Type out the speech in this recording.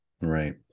Right